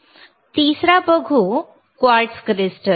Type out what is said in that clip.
चला तिसरा क्वार्ट्ज पाहू